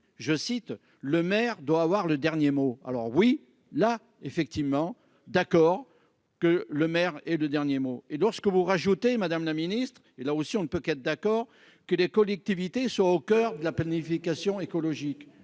je cite le maire doit avoir le dernier mot, alors oui, là effectivement d'accord que le maire et le dernier mot et lorsque vous rajoutez : Madame la Ministre, et là aussi on ne peut qu'être d'accord que les collectivités sont au coeur de la planification écologique